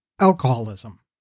alcoholism